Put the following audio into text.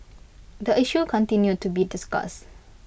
the issue continued to be discussed